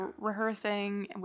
rehearsing